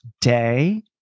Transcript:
Day